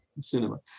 cinema